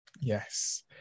Yes